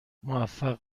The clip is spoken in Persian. موفق